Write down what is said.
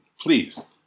Please